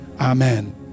Amen